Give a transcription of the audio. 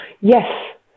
Yes